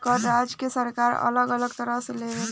कर राजस्व के सरकार अलग अलग तरह से लेवे ले